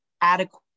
adequate